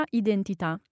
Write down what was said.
identità